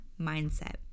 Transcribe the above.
mindset